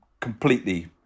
completely